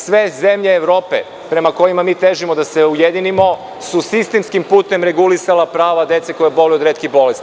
Sve zemlje Evrope prema kojima težimo da se ujedinimo su sistemskim putem regulisala prava dece koja boluju od retke bolesti.